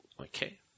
Okay